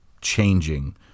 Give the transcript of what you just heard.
changing